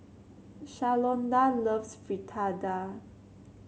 Shalonda loves Fritada